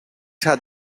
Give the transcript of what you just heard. had